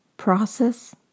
process